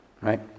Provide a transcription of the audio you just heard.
Right